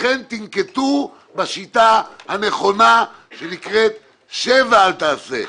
לכן, תנקטו בשיטה הנכונה שנקראת "שב ואל תעשה".